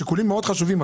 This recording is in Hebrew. אלה שיקולים מאוד חשובים,